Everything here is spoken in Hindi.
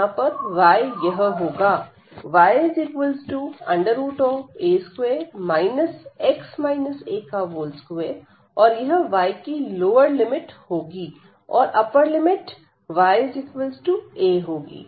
यहां पर y यह होगा ya2 x a2 और यह y की लोअर लिमिट होगी और अप्पर लिमिट y a होगी